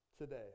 Today